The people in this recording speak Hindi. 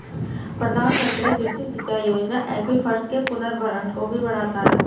प्रधानमंत्री कृषि सिंचाई योजना एक्वीफर्स के पुनर्भरण को भी बढ़ाता है